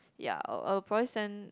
ya I'll I'll probably send